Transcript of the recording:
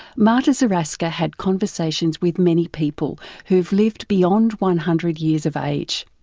marta zaraska had conversations with many people who've lived beyond one hundred years of age.